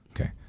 Okay